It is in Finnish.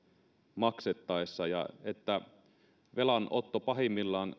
maksettaessa ja että velanotto pahimmillaan